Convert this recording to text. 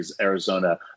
Arizona